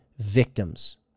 victims